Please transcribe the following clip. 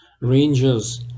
Rangers